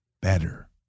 better